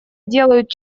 делают